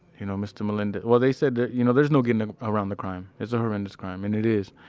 you know mr. melendez. well, they said that, you know, there's no getting around the crime. it's a horrendous crime, and it is,